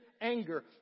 anger